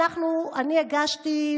אני הגשתי,